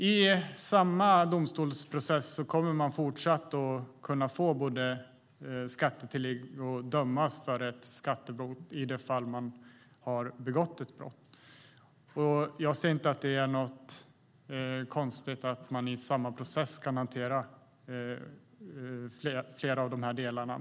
I samma domstolsprocess kommer man fortsatt att kunna både få skattetillägg och dömas för ett skattebrott i det fall man har begått ett brott. Jag ser inte att det är något konstigt med att i samma process hantera flera av de här delarna.